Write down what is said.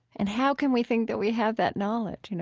and how can we think that we have that knowledge, you know